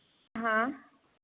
हाँ